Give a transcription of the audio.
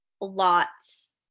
lots